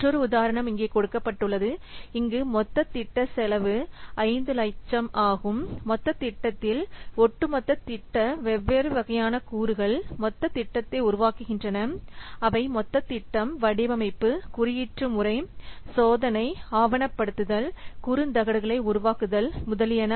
மற்றொரு உதாரணம் இங்கே கொடுக்கப்பட்டுள்ளது இங்கு மொத்த திட்ட செலவு 500000 ஆகும் மொத்த திட்டத்தில் ஒட்டுமொத்த திட்ட வெவ்வேறு வகையான கூறுகள் மொத்த திட்டத்தை உருவாக்குகின்றன அவை மொத்த திட்டம் வடிவமைப்பு குறியீட்டு முறை சோதனை ஆவணப்படுத்தல் குறுந்தகடுகளை உருவாக்குதல் முதலியன